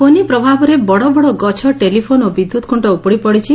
ଫନି ପ୍ରଭାବରେ ବଡ଼ବଡ଼ ଗଛ ଟେଲିଫୋନ୍ ଓ ବିଦ୍ୟୁତ୍ ଖୁଣ୍ ଉପୁଡ଼ି ପଡ଼ିଛି